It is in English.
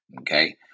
Okay